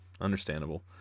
Understandable